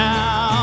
Now